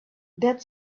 that